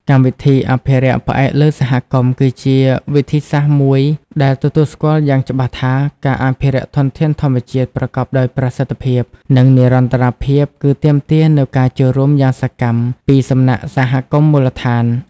កម្មវិធីអភិរក្សផ្អែកលើសហគមន៍ គឺជាវិធីសាស្រ្តមួយដែលទទួលស្គាល់យ៉ាងច្បាស់ថា ការអភិរក្សធនធានធម្មជាតិប្រកបដោយប្រសិទ្ធភាព និងនិរន្តរភាព គឺទាមទារនូវការចូលរួមយ៉ាងសកម្មពីសំណាក់សហគមន៍មូលដ្ឋាន។